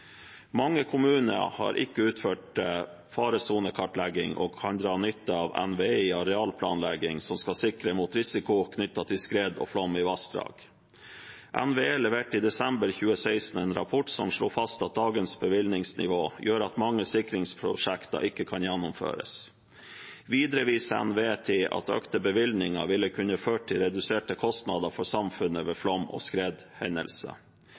Mange kommuner har ikke utført faresonekartlegging og kan dra nytte av NVE i arealplanlegging som skal sikre mot risiko knyttet til skred og flom i vassdrag. NVE leverte i desember 2016 en rapport som slo fast at dagens bevilgningsnivå gjør at mange sikringsprosjekter ikke kan gjennomføres. Videre viser NVE til at økte bevilgninger ville kunne ført til reduserte kostnader for samfunnet ved flom og